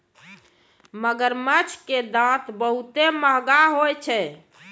मगरमच्छ के दांत बहुते महंगा होय छै